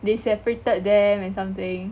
they separated them and something